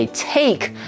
take，